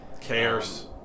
cares